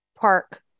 Park